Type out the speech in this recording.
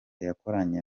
yakoranye